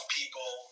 people